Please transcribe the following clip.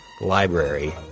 library